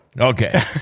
okay